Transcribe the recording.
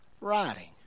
writing